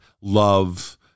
love